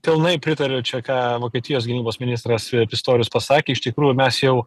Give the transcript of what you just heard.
pilnai pritariu čia ką vokietijos gynybos ministras pistorius pasakė iš tikrųjų mes jau